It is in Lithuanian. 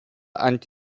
ant